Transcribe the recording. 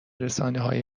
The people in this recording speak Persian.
رسانههای